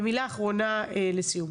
ומילה אחרונה לסיום.